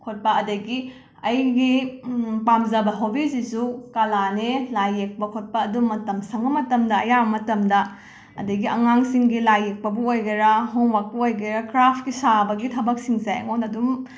ꯈꯣꯠꯄ ꯑꯗꯒꯤ ꯑꯩꯒꯤ ꯄꯥꯝꯖꯕ ꯍꯣꯕꯤꯁꯤꯁꯨ ꯀꯂꯥꯅꯦ ꯂꯥꯏ ꯌꯦꯛꯄ ꯈꯣꯠꯄ ꯑꯗꯨ ꯃꯇꯝ ꯁꯪꯕ ꯃꯇꯝꯗ ꯑꯌꯥꯝꯕ ꯃꯇꯝꯗ ꯑꯗꯒꯤ ꯑꯉꯥꯡꯁꯤꯡꯒꯤ ꯂꯥꯏ ꯌꯦꯛꯄꯕꯨ ꯑꯣꯏꯒꯦꯔꯥ ꯍꯣꯝꯋꯥꯔꯛꯄꯨ ꯑꯣꯏꯒꯦꯔꯥ ꯀ꯭ꯔꯥꯐꯀꯤ ꯁꯥꯕꯒꯤ ꯊꯕꯛꯁꯤꯡꯁꯦ ꯑꯩꯉꯣꯟꯗ ꯑꯗꯨꯝ